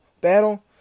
battle